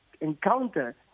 encounter